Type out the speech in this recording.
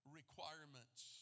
requirements